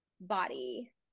body